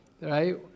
right